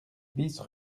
bis